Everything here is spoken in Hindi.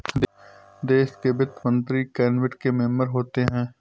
देश के वित्त मंत्री कैबिनेट के मेंबर होते हैं